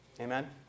Amen